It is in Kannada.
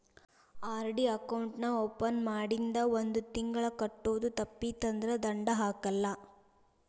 ಆರ್.ಡಿ ಅಕೌಂಟ್ ನಾ ಓಪನ್ ಮಾಡಿಂದ ಒಂದ್ ತಿಂಗಳ ಕಟ್ಟೋದು ತಪ್ಪಿತಂದ್ರ ದಂಡಾ ಹಾಕಲ್ಲ